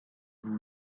vous